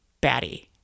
batty